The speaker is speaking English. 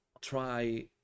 try